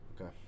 Okay